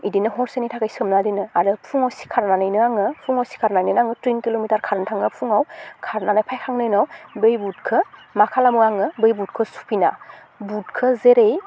बिदिनो हरसेनि थाखाय सोमना दोनो आरो फुङाव सिखारनानैनो आङो फुङाव सिखारनानैनो आं थिन किल'मिटार खारनो थाङो फुङाव खारनानै फायखांनायनि उनाव बै बुटखौ मा खालामो आङो बै बुटखौ सुफिना बुटखौ जेरै